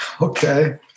Okay